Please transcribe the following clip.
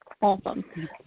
awesome